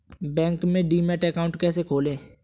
Bank में demat account कैसे खोलें?